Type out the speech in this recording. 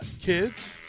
kids